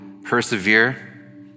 persevere